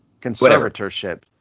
conservatorship